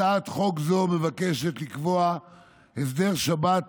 הצעת חוק זו מבקשת לקבוע הסדר שבת